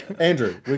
Andrew